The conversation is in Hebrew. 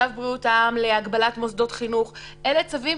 צו בריאות העם להגבלת מוסדות חינוך אלה צווים